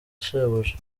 shebuja